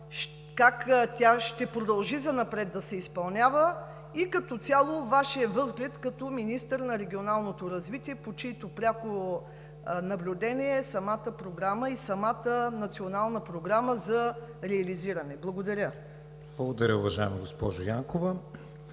как тя ще продължи занапред да се изпълнява и като цяло Вашият възглед като министър на регионалното развитие, под чието пряко наблюдение е самата програма и самата Национална програма за реализиране. Благодаря. ПРЕДСЕДАТЕЛ КРИСТИАН ВИГЕНИН: Благодаря, уважаема госпожо Янкова.